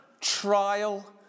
trial